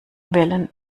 wellen